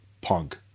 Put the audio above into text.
Punk